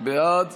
בעד